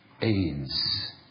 AIDS